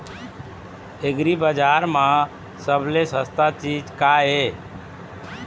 एग्रीबजार म सबले सस्ता चीज का ये?